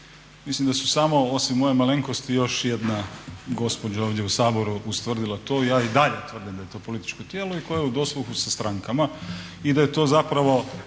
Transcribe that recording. Mislim da su samo osim moje malenkosti i još jedna gospođa ovdje u Saboru ustvrdila to i ja i dalje tvrdim da je to političko tijelo i koje je u dosluhu sa strankama i da je to zapravo